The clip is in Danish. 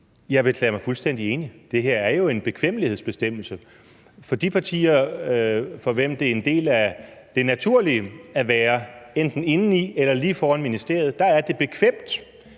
jeg vil erklære mig fuldstændig enig. Det her er jo en bekvemmelighedsbestemmelse. For de partier, for hvem det er en del af det naturlige enten at være inde i eller lige foran ministeriet, er det bekvemt,